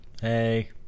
Hey